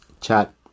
chat